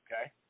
Okay